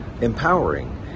empowering